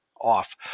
off